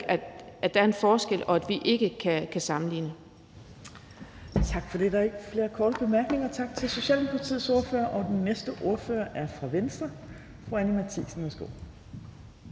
11:59 Tredje næstformand (Trine Torp): Tak for det. Der er ikke flere korte bemærkninger. Tak til Socialdemokratiets ordfører. Den næste ordfører er fra Venstre. Fru Anni Matthiesen,